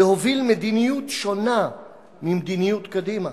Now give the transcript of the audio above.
להוביל מדיניות שונה ממדיניות קדימה.